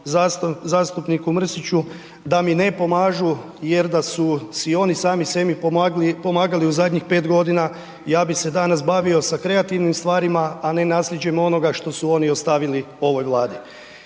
zastupniku Mrsiću da mi ne pomažu jer da su si oni sami sebi pomagali u zadnjih 5.g., ja bi se danas bavio sa kreativnim stvarima, a ne nasljeđem onoga što su oni ostavili ovoj Vladi.